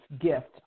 gift